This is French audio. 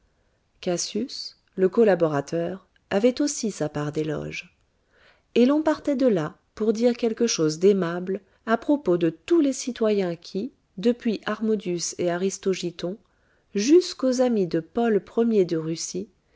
cassius le collaborateur avait aussi sa part d'éloges et l'on partait de là pour dire quelque chose d'aimable à propos de tous les citoyens qui depuis harmodius et aristogiton jusqu'aux amis de paul ier de russie